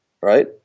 right